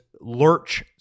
lurch